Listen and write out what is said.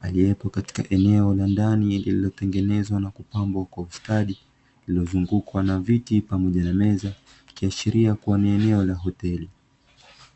haliopo katika eneo la ndani lililotengenezwa na kupambwa kwa ustadi, lililozungukwa na viti pamoja na meza ikiashiria kuwa ni eneo la hoteli.